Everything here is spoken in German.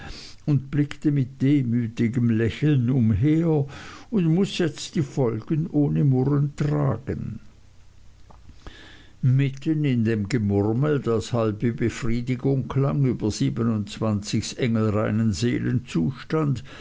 und blickte mit demütigem lächeln umher und muß jetzt die folgen ohne murren tragen mitten in dem gemurmel das halb wie befriedigung klang über engelreinen